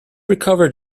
recovered